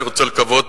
אני רוצה לקוות,